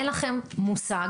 אין לכם מושג,